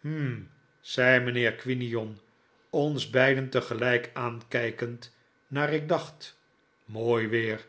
hm zei mijnheer quinion ons beiden tegelijk aankijkend naar ik dacht mooi weer